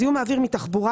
זיהום האוויר מתחבורה,